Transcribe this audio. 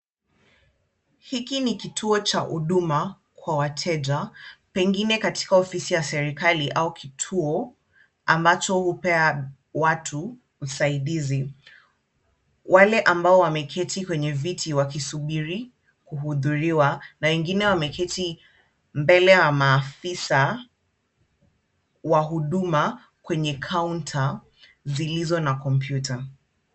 Hiki ni kituo cha huduma kwa wateja, pengine katika ofisi ya serikali au kituo ambacho hupea watu usaidizi. Wale ambao wameketi kwenye viti wakisubiri kuhudhuriwa na wengine wameketi mbele ya maafisa wa huduma kwenye kaunta zilizo na kompyuta.